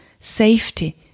safety